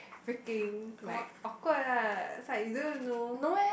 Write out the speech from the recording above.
freaking like awkward lah is like you don't know